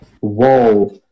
whoa